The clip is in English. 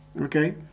Okay